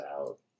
out